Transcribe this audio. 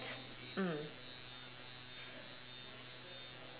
mm